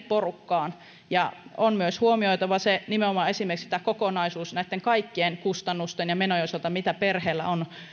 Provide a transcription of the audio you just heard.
porukkaan ja on myös huomioitava nimenomaan esimerkiksi tämä kokonaisuus näitten kaikkien kustannusten ja menojen osalta mitä